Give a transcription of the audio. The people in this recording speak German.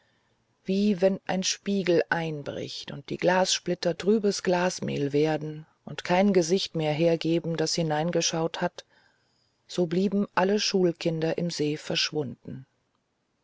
wie wenn ein spiegel einbricht und die glassplitter trübes glasmehl werden und kein gesicht mehr hergeben das hineingeschaut hat so blieben alle schulkinder im see verschwunden